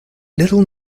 little